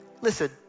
listen